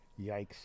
Yikes